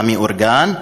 המאורגן,